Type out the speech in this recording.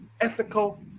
ethical